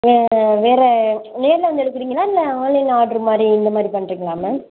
வேறு வேறு நேரில் வந்து எடுக்கறீங்களா இல்லை ஆன்லைனில் ஆர்ட்ரு மாதிரி இந்தமாதிரி பண்ணுறீங்களா மேம்